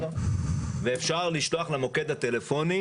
במוקד הטלפוני